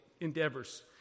endeavors